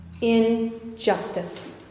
Injustice